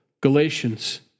Galatians